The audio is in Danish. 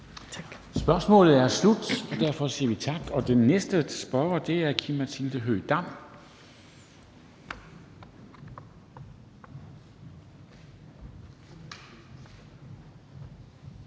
Spørgsmålet er slut. Derfor siger vi tak. Den næste spørger er Aki-Matilda Høegh-Dam.